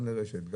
גם לרשת,